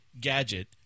Gadget